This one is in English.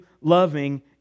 loving